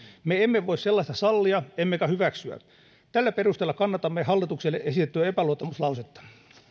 me emme voi sellaista sallia emmekä hyväksyä tällä perusteella kannatamme hallitukselle esitettyä epäluottamuslausetta